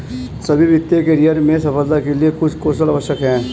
सभी वित्तीय करियर में सफलता के लिए कुछ कौशल आवश्यक हैं